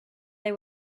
they